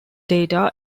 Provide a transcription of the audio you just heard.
data